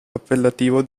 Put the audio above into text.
appellativo